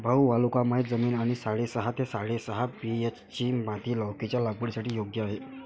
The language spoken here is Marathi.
भाऊ वालुकामय जमीन आणि साडेसहा ते साडेसात पी.एच.ची माती लौकीच्या लागवडीसाठी योग्य आहे